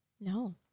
No